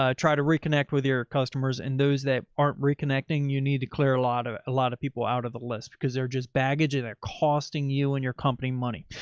ah try to reconnect with your customers and those that aren't reconnecting. you need to clear a lot of, a lot of people out of the list because they're just baggage and they're costing you and your company money.